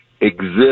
exist